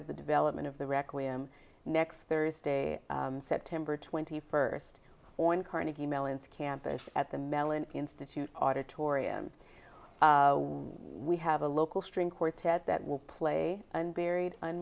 of the development of the requiem next thursday september twenty first on carnegie mellon's campus at the melon institute auditorium we have a local string quartet that will play and buried